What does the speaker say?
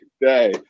day